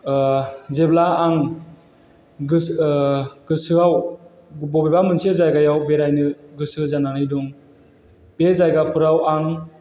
जेब्ला आं गोसो गोसोआव बबेबा मोनसे जायगायाव बेरायनो गोसो जानानै दं बे जायगाफोराव आं